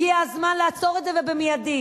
הגיע הזמן לעצור את זה, ובמיידי.